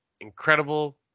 incredible